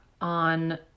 on